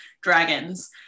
dragons